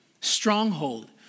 stronghold